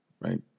Right